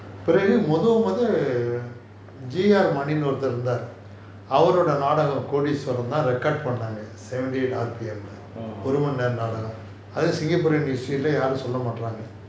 orh